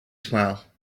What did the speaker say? smile